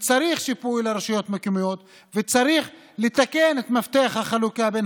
שצריך שיפוי לרשויות המקומיות וצריך לתקן את מפתח החלוקה בין